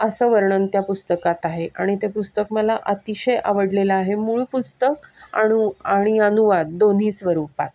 असं वर्णन त्या पुस्तकात आहे आणि ते पुस्तक मला अतिशय आवडलेलं आहे मूळ पुस्तक आणु आणि अनुवाद दोन्ही स्वरूपात